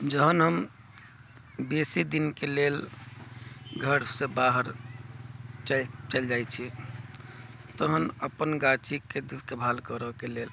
जहन हम बेसी दिनके लेल घर से बाहर चलि जाइत छी तहन अपन गाछीके देखभाल करऽके लेल